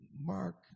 Mark